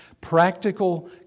practical